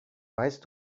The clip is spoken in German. weißt